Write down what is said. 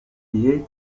gihe